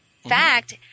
fact –